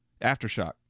Aftershock